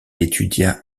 étudia